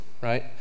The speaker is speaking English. right